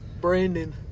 Brandon